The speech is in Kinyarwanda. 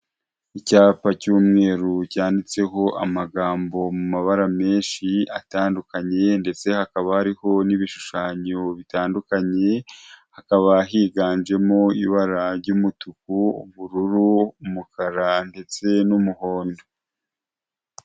Icyapa cy'umweru cyanditseho amagambo mu mabara menshi atandukanye, ndetse hakaba hariho n'ibishushanyo bitandukanye, hakaba higanjemo ibara ry'umutuku, ubururu, umukara, ndetse n'umuhondo.